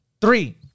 three